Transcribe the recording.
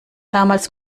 damals